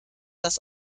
das